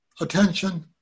attention